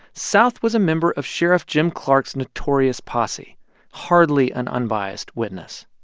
south was a member of sheriff jim clark's notorious posse hardly an unbiased witness.